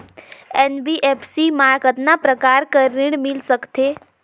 NBFC मा कतना प्रकार कर ऋण मिल सकथे?